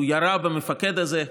הוא ירה במפקד הזה,